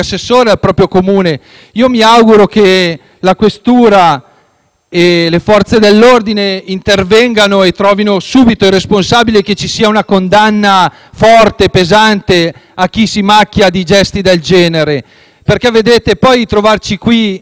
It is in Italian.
le Forze dell'ordine intervengano e trovino subito il responsabile e che ci sia una condanna forte, pesante, a chi si macchia di gesti del genere. Poi trovarci qui e fare leggi quando i fatti sono accaduti e quando magari sono successe cose gravi,